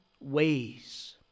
ways